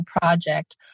project